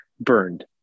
burned